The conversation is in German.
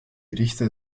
richter